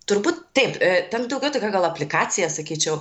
turbūt taip ten daugiau tokia gal aplikacija sakyčiau